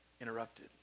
interrupted